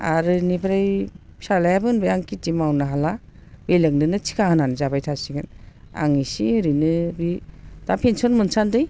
आरो बेनिफ्राय फिसाज्लायाबो होनबाय आं खेथि मावनो हाला बेलेगनोनो थिखा होनानै जाबाय थासिगोन आं एसे ओरैनो बे दा पेन्सन मोनसानदि